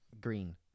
green